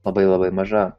labai labai maža